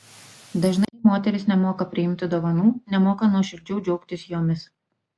dažnai moterys nemoka priimti dovanų nemoka nuoširdžiau džiaugtis jomis